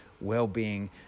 well-being